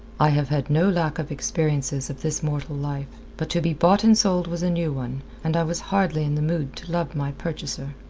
i have had no lack of experiences of this mortal life but to be bought and sold was a new one, and i was hardly in the mood to love my purchaser.